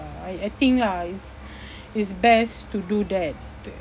uh I I think uh it's it's best to do that